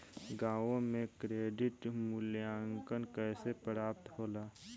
गांवों में क्रेडिट मूल्यांकन कैसे प्राप्त होला?